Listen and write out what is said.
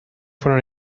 fueron